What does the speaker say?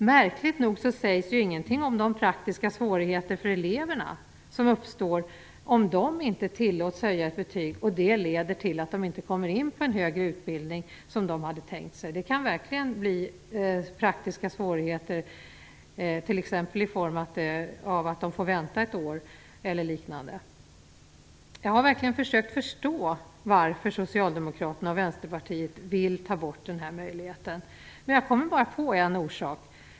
Märkligt nog sägs ingenting om de praktiska svårigheterna som uppstår för eleverna om de inte tillåts höja ett betyg och det leder till att de inte kommer in på den högre utbildning som de hade tänkt sig. Det kan verkligen bli praktiska svårigheter, t.ex. i form av att de får vänta ett år eller liknande. Jag har verkligen försökt förstå varför Socialdemokraterna och Vänsterpartiet vill ta bort den här möjligheten, och jag kommer bara på en orsak.